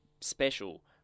special